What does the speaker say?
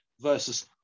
versus